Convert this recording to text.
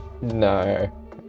No